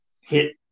hit